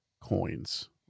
coins